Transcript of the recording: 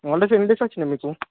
holidays ఎన్ని days వచ్చినాయి మీకు